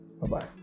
Bye-bye